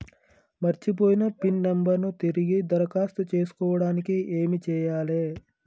మర్చిపోయిన pin number ను తిరిగి దరఖాస్తు చేసుకోవడానికి ఏమి చేయాలే?